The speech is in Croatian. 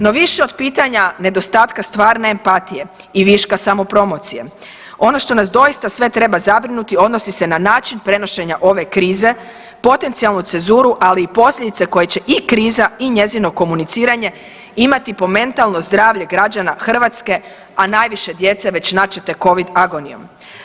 No više od pitanja nedostatka stvarne empatije i viša samo promocije ono što nas doista sve treba zabrinuti odnosi se na način prenošenja ove krize, potencijalnu cenzuru ali i posljedice koje će i kriza i njezino komuniciranje imati po mentalno zdravlje građana Hrvatske, a najviše djece već načete covid agonijom.